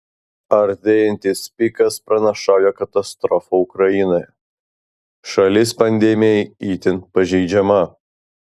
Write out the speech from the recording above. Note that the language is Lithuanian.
artėjantis pikas pranašauja katastrofą ukrainoje šalis pandemijai itin pažeidžiama